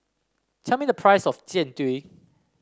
tell me the price of Jian Dui